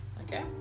okay